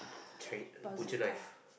chi~ butcher knife